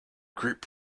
group